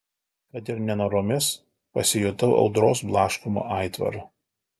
kad ir nenoromis pasijutau audros blaškomu aitvaru